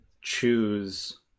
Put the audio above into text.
choose